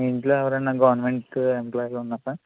మీ ఇంట్లో ఎవరైనా government employees ఉన్నారా